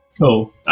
Cool